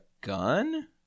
gun